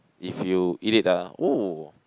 if you eat it ah oh